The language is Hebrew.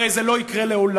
הרי זה לא יקרה לעולם,